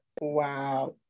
Wow